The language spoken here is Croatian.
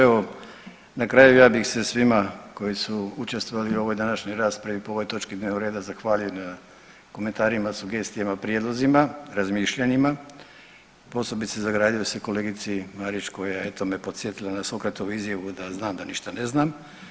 Evo na kraju ja bih se svima koji su učestvovali u ovoj današnjoj raspravi po ovoj točki dnevnog reda zahvaljujem na komentarima, sugestijama, prijedlozima, razmišljanjima, posebice zahvaljujem se kolegici Marić koja eto me podsjetila na Sokratovu izjavu da znam da ništa ne znam.